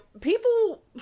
people